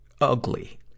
ugly